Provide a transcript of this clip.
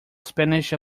spanish